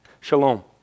Shalom